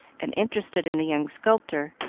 and interested in the young sculptor,